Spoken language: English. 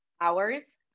hours